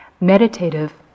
Meditative